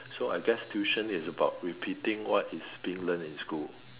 so I guess tuition is about repeating what is being learn in school